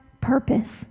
purpose